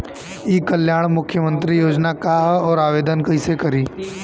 ई कल्याण मुख्यमंत्री योजना का है और आवेदन कईसे करी?